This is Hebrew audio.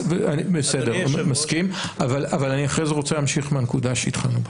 אבל אני אחרי זה רוצה להמשיך מהנקודה שבה התחלנו.